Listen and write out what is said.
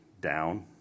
down